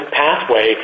pathway